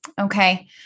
Okay